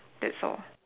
that's all